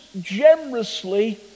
generously